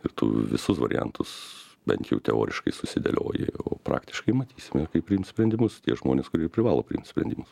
ir tu visus variantus bent jau teoriškai susidėlioji o praktiškai matysime kaip priims sprendimus tie žmonės kurie privalo priimt sprendimus